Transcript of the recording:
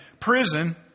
prison